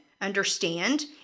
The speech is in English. understand